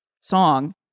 song